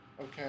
Okay